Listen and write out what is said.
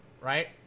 right